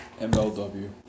MLW